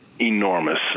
enormous